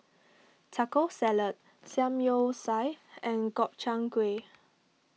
Taco Salad Samgyeopsal and Gobchang Gui